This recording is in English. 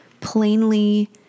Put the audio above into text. plainly